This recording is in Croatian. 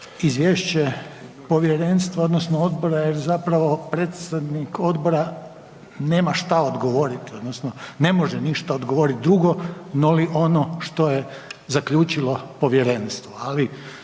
izvješće Povjerenstva, odnosno odbora jer zapravo predsjednik Odbora nema što odgovoriti, odnosno ne može ništa odgovoriti drugo noli ono što je zaključilo povjerenstvo,